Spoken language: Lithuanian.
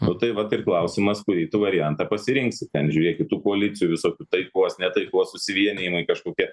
nu tai vat ir klausimas kurį tu variantą pasirinksi ten žiūrėkit tų kualicijų visokių taikos ne taikos susivienijimai kažkokie